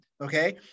okay